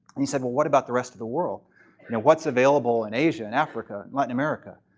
he said, well, what about the rest of the world? and what's available in asia, and africa, and latin america?